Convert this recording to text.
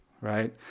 right